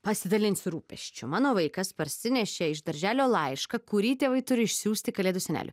pasidalinsiu rūpesčiu mano vaikas parsinešė iš darželio laišką kurį tėvai turi išsiųsti kalėdų seneliui